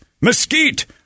mesquite